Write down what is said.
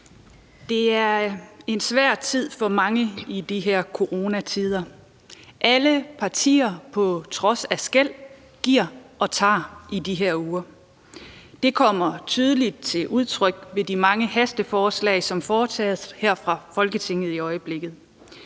Det er en svær tid for mange i de her coronatider. Alle partier på trods af skel giver og tager i de her uger. Det kommer tydeligt til udtryk ved de mange hasteforslag, som behandles her i Folketinget i øjeblikket.